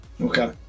Okay